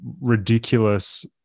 ridiculous